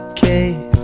case